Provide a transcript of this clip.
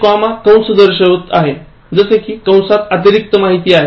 हे कॉमा कंस दर्शवित आहेत जसे कि कंसात अतिरिक्त माहिती आहे